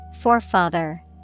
forefather